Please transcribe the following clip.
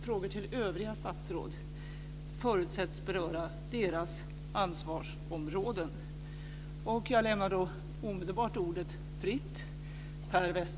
Frågor till övriga statsråd förutsätts beröra deras ansvarsområden. Jag lämnar omedelbart ordet fritt.